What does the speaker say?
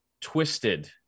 twisted